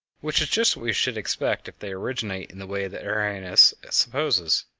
which is just what we should expect if they originate in the way that arrhenius supposes.